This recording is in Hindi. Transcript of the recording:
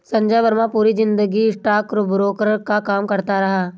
संजय वर्मा पूरी जिंदगी स्टॉकब्रोकर का काम करता रहा